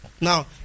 Now